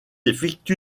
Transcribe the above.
effectue